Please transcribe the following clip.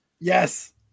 Yes